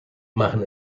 machen